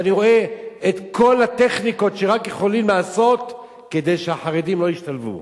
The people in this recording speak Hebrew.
ואני רואה את כל הטכניקות שרק יכולים לעשות כדי שהחרדים לא ישתלבו.